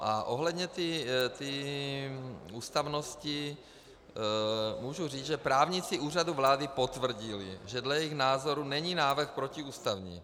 A ohledně ústavnosti můžu říct, že právníci Úřadu vlády potvrdili, že dle jejich názoru není návrh protiústavní.